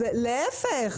להיפך.